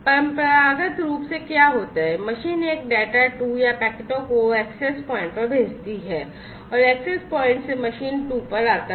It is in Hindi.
परंपरागत रूप से क्या होता है मशीन एक डेटा 2 या पैकेटों को एक्सेस प्वाइंट पर भेजती है और एक्सेस प्वाइंट से मशीन 2 पर आता है